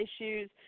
issues